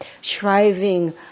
shriving